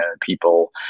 people